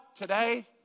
Today